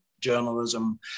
journalism